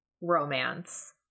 romance